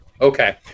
Okay